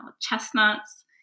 chestnuts